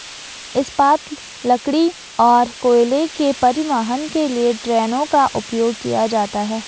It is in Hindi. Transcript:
इस्पात, लकड़ी और कोयले के परिवहन के लिए ट्रेनों का उपयोग किया जाता है